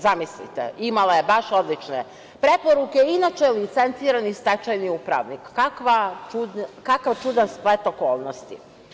Zamislite, imala je baš odlične preporuke, inače licencirani stečajni upravnik, kakav čudan splet okolnosti?